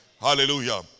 Hallelujah